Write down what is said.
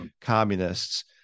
communists